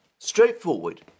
Straightforward